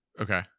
Okay